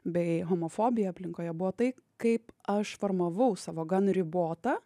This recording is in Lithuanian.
bei homofobija aplinkoje buvo tai kaip aš formavau savo gan ribotą